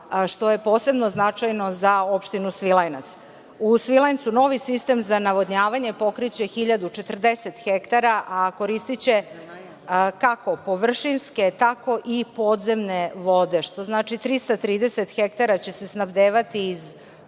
što je posebno značajno za opštinu Svilajnac.U Svilajncu novi sistem za navodnjavanje pokreće 1.040 hektara, a koristiće kako površinske, tako i podzemne vode, što znači 330 hektara će se snabdevati iz